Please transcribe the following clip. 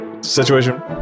situation